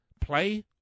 Play